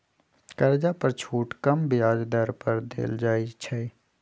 कर्जा पर छुट कम ब्याज दर पर देल जाइ छइ